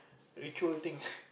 ritual thing